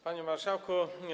Panie Marszałku!